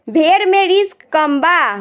भेड़ मे रिस्क कम बा